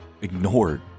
ignored